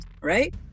right